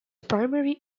primary